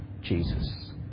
Jesus